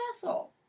vessel